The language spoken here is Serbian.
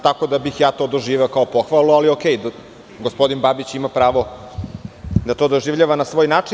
Tako da bih ja to doživeo kao pohvalu, ali u redu, gospodin Babić ima pravo da to doživljava na svoj način.